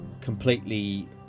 completely